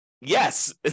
yes